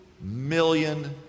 million